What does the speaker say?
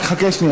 חכה שנייה.